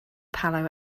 palo